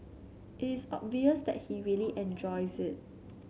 it is obvious that he really enjoys it